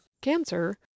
cancer